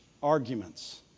arguments